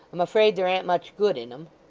i'm afraid there an't much good in em